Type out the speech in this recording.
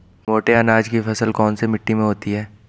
मोटे अनाज की फसल कौन सी मिट्टी में होती है?